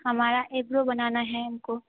हमारा एब्रो बनाना है हम को